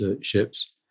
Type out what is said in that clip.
ships